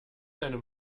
einem